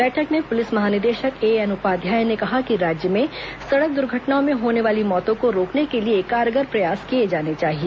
बैठक में पुलिस ्महानिदेशक एएन उपाध्याय ने कहा कि राज्य में सड़क दुर्घटनाओं में होने वाली मौतों को रोकने के लिए कारगर प्रयास किए जाने चाहिए